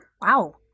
Wow